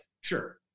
sure